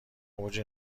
اوج